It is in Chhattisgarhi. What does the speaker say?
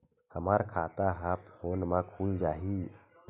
हमर खाता ह फोन मा खुल जाही?